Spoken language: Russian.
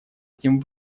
этим